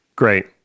Great